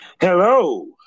Hello